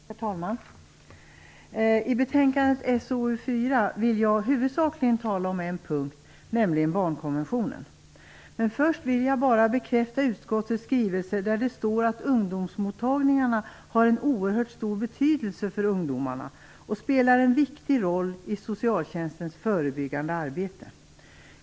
Herr talman! I fråga om betänkandet SoU4 vill jag huvudsakligen tala om en punkt, nämligen barnkonventionen. Men först vill jag bara bekräfta utskottets skrivning, där det står att ungdomsmottagningarna har en oerhört stor betydelse för ungdomarna och spelar en viktig roll i socialtjänstens förebyggande arbete.